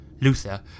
Luther